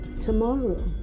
tomorrow